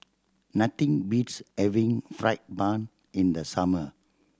nothing beats having fried bun in the summer